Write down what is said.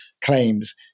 claims